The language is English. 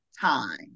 time